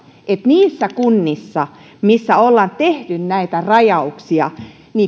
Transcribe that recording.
että niissä kunnissa joissa ollaan tehty näitä rajauksia